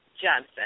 Johnson